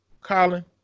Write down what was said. Colin